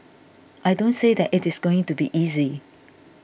I don't say that it is going to be easy